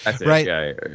Right